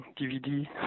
DVD